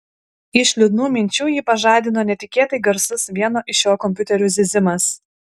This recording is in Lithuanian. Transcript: iš liūdnų minčių jį pažadino netikėtai garsus vieno iš jo kompiuterių zyzimas